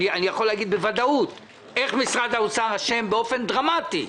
אני יכול להגיד בוודאות איך משרד האוצר אשם באופן דרמטי,